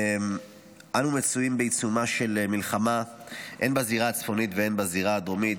אנו מצויים בעיצומה של מלחמה הן בזירה הצפונית והן בזירה הדרומית.